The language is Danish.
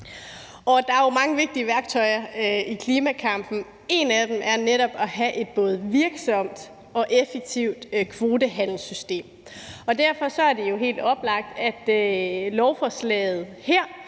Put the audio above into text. Der er jo mange vigtige værktøjer i klimakampen. Et af dem er netop at have et både virksomt og effektivt kvotehandelssystem. Derfor er det helt oplagt, at lovforslaget her